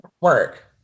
work